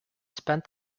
spent